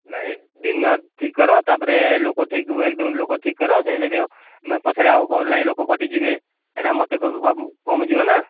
ନାଇଁ ଦିନ ଠିକ କର ତାପରେ ଲୋକ ଠିକ ଲୋକ ଠିକ କର ସେ ଯଦି ନହେଲେ ପଛରେ ଯଦି ଆଉ କହିବ ନାଇଁ ଲୋକ କଟିଯିବେ ସେଇଟା ମୋତେ କମିଯିବ ନା